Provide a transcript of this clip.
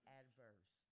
adverse